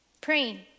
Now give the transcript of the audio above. praying